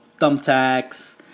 thumbtacks